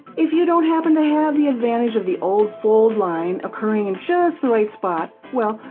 if you don't happen to have the advantage of the old fold line occurring in just the right spot, well,